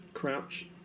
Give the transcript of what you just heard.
Crouch